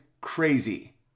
crazy